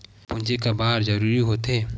पूंजी का बार जरूरी हो थे?